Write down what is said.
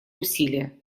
усилия